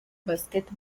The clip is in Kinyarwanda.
basket